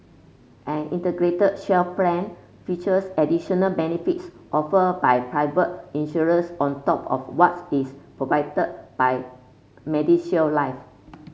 an Integrated Shield Plan features additional benefits offered by private insurers on top of what's is provided by MediShield Life